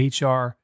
HR